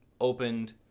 opened